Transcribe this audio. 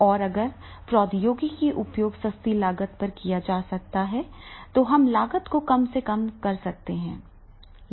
और अगर प्रौद्योगिकी का उपयोग सस्ती लागत पर किया जा सकता है तो हम लागत को कम कर सकते हैं